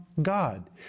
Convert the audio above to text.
God